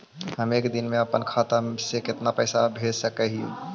हम एक दिन में अपन खाता से कितना पैसा भेज सक हिय?